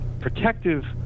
protective